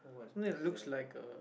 something that looks like a